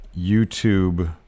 YouTube